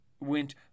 went